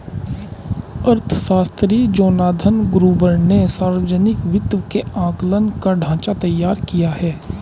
अर्थशास्त्री Jonathan Gruber ने सावर्जनिक वित्त के आंकलन का ढाँचा तैयार किया है